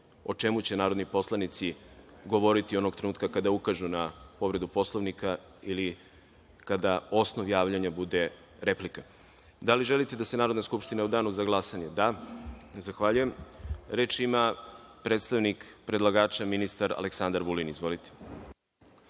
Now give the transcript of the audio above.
o čemu će narodni poslanici govoriti onog trenutka kada ukažu na povredu Poslovnika ili kada osnov javljanja bude replika. Da li želite da se Narodna skupština u danu za glasanje izjasni? (Da.)Zahvaljujem. Reč ima predstavnik predlagača, ministar Aleksandar Vulin. Izvolite.